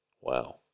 Wow